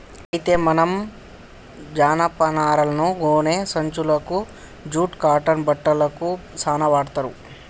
అయితే మనం జనపనారను గోనే సంచులకు జూట్ కాటన్ బట్టలకు సాన వాడ్తర్